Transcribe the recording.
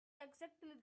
exactly